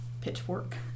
Pitchfork